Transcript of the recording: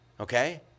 Okay